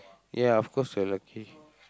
ya of course we're lucky